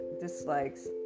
dislikes